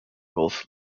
both